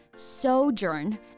Sojourn